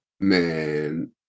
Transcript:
Man